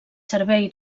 servei